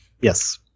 Yes